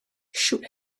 should